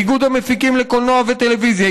איגוד המפיקים לקולנוע וטלוויזיה,